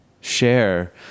share